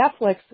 Netflix